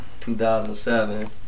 2007